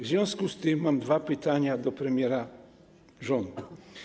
W związku z tym mam dwa pytania do premiera rządu.